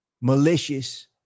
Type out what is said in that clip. malicious